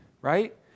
Right